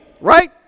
right